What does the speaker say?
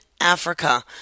Africa